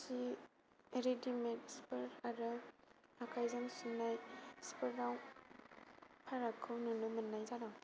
जि readymade सिफोर आरो आखायजों सुनाय सिफोराव फारागखौ नुनो मोननाय जादों